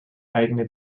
eigene